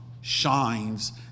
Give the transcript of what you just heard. shines